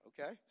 Okay